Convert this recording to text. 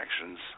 actions